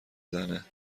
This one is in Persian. زنه